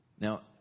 Now